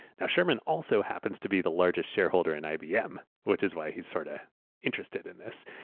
ah sherman also happens to be the largest shareholder in ibm, which is why he's sort of interested in this.